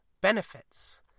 benefits